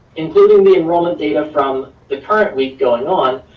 including the enrollment data from the current week going on,